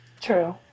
True